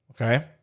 Okay